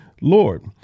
Lord